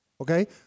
Okay